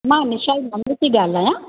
मां निशा जी ममी थी ॻाल्हायां